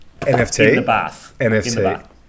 NFT